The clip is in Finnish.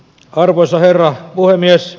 arvoisa herra puhemies